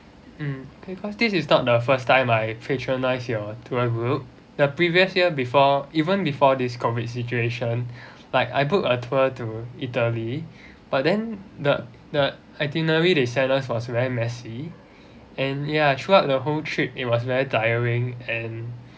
mm K cause this is not the first time I patronise your tour group the previous year before even before this COVID situation like I book a tour to italy but then the the itinerary they set us was very messy and ya throughout the whole trip it was very tiring and